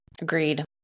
agreed